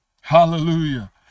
Hallelujah